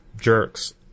jerks